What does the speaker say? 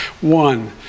One